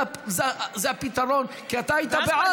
זה הפתרון, כי אתה היית בעד.